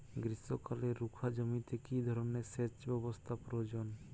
গ্রীষ্মকালে রুখা জমিতে কি ধরনের সেচ ব্যবস্থা প্রয়োজন?